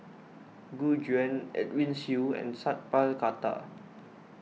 Gu Juan Edwin Siew and Sat Pal Khattar